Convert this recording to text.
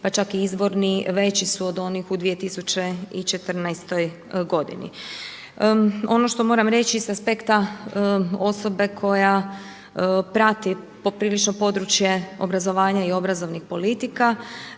pa čak i izvorni veći su od onih u 2014. godini. Ono što moram reći sa aspekta osobe koja prati poprilično područje obrazovanja i obrazovnih politika